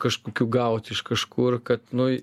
kažkokių gaut iš kažkur kad nu